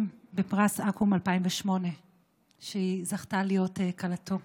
בפרס אקו"ם 2008 שהיא זכתה להיות כלתו: